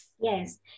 Yes